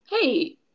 Hey